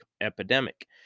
epidemic